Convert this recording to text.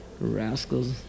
Rascals